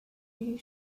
you